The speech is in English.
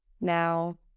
Now